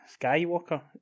Skywalker